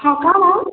ହଁ କଣ